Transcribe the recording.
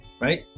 right